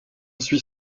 suis